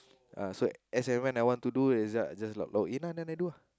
uh so as when when I want to do it's like just like log in lah then they do lah